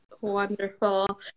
wonderful